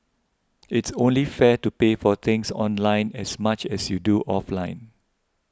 it's only fair to pay for things online as much as you do offline